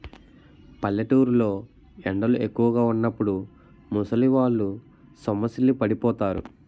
పల్లెటూరు లో ఎండలు ఎక్కువుగా వున్నప్పుడు ముసలివాళ్ళు సొమ్మసిల్లి పడిపోతారు